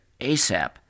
ASAP